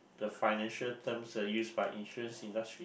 the financial terms uh used by insurance industry